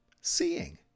seeing